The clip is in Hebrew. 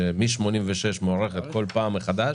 שמ-1986 מוארכת כל פעם מחדש,